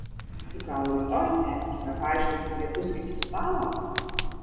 gal rytoj tęskime pažintį prie pusryčių stalo